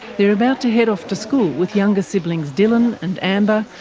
they're about to head off to school, with younger siblings dylan, and amber,